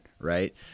right